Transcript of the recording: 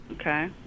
Okay